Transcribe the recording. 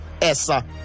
Essa